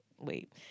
Wait